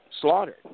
slaughtered